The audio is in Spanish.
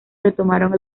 retomaron